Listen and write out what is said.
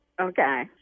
Okay